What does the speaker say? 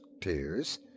Tears